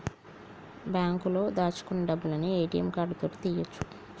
బాంకులో దాచుకున్న డబ్బులను ఏ.టి.యం కార్డు తోటి తీయ్యొచు